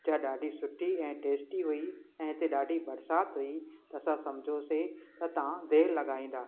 जा ॾाढी सुठी ऐं टेस्टी हुई ऐं हिते ॾाढी बरसाति हुई असां सम्झोसीं त तव्हां देरि लॻाईंदा